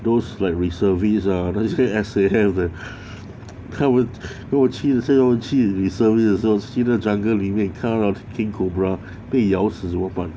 those like reservists ah 那些 S_A_F 的他们如果去真要去 reservist 的时候去那 jungle 里面看到 king cobra 被咬死怎么办